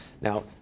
Now